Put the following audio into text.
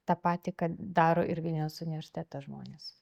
tą patį ką daro ir vilniaus universiteto žmonės